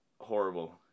horrible